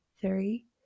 three